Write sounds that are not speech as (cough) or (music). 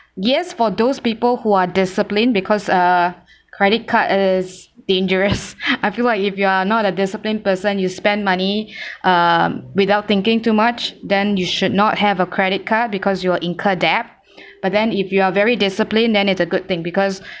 yes for those people who are disciplined because uh credit card is dangerous (laughs) I feel like if you are not a disciplined person you spend money (breath) uh without thinking too much then you should not have a credit card because you will incur debt (breath) but then if you are very disciplined then it's a good thing because